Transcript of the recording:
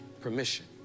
permission